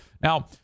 Now